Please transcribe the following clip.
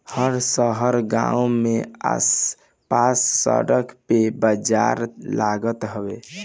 हर शहर गांव में आस पास सड़क पे बाजार लागत हवे